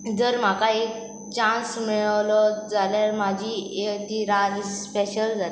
जर म्हाका एक चांस मेळलो जाल्यार म्हाजी ती रात स्पेशल जाता